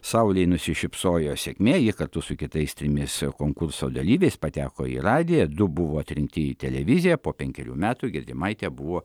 saulei nusišypsojo sėkmė ji kartu su kitais trimis konkurso dalyviais pateko į radiją du buvo atrinkti į televiziją po penkerių metų giedrimaitė tebuvo